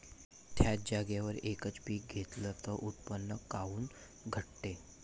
थ्याच जागेवर यकच पीक घेतलं त उत्पन्न काऊन घटते?